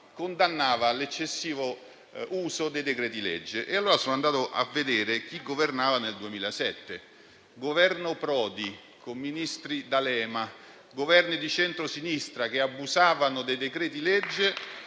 condannava l'eccessivo uso dei decreti-legge. Sono andato allora a vedere chi governava nel 2007: Governo Prodi, con ministro D'Alema. Parliamo di Governi di centrosinistra, che abusavano dei decreti-legge